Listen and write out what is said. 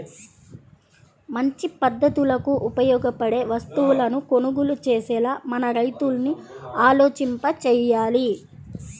మంచి పద్ధతులకు ఉపయోగపడే వస్తువులను కొనుగోలు చేసేలా మన రైతుల్ని ఆలోచింపచెయ్యాలి